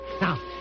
Now